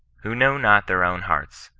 who know not their own hearts,